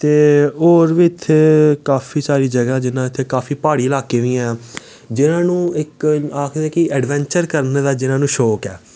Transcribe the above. ते होर बी इत्थै काफी सारी जगह जि'यां इत्थै काफी प्हाढ़ी लाह्के बी ऐ जिनां नूं इक आखदे कि अडवैंचर करने दा जि'नें गी शौक ऐ